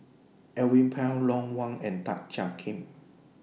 Alvin Pang Ron Wong and Tan Jiak Kim